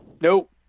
Nope